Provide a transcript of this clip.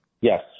Yes